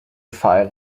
file